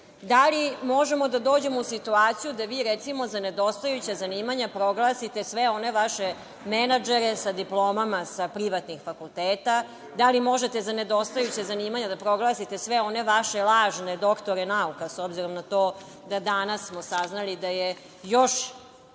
Da li možemo da dođemo u situaciju da vi, recimo, za nedostajuća zanimanja proglasite sve one vaše menadžere sa diplomama sa privatnih fakulteta? Da li možete za nedostajuća zanimanja da proglasite sve one vaše lažne doktore nauka, s obzirom na to da danas smo saznali da je još